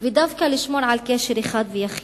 ודווקא לשמור על קשר אחד ויחיד: